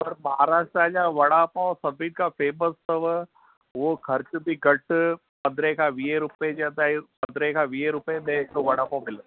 पर महाराष्ट्र जा वड़ा पाव सभिनीनि खां फेमस अथव उहो खर्चु बि घटि पंद्रहं खां वीह रुपयनि जे अंदरि पंद्रहं खां वीह रुपये में हिकु वड़ा पाव मिलंदो आहे